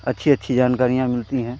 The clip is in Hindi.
अच्छी अच्छी जानकारियाँ मिलती हैं